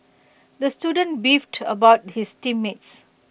the student beefed about his team mates